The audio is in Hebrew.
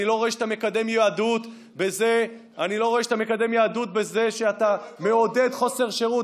אני לא רואה שאתה מקדם יהדות בזה שאתה מעודד חוסר שירות.